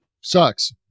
Sucks